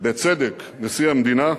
בצדק נשיא המדינה,